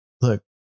look